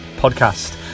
podcast